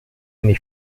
eine